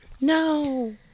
no